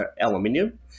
aluminium